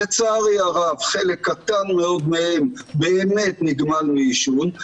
לצערי הרב חלק קטן מאוד מהם באמת נגמל מעישון.